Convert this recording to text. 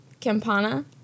Campana